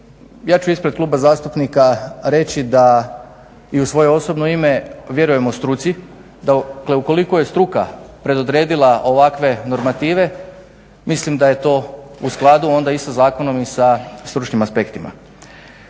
ja ću ispred kluba zastupnika reći da i u svoje osobno ime, vjerujemo struci da ukoliko je struka predodredila ovakve normative mislim da je to u skladu i sa zakonom i sa stručnim aspektima.